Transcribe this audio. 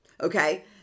Okay